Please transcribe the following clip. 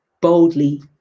boldly